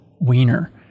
wiener